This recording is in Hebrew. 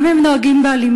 גם אם הם נוהגים באלימות,